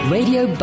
Radio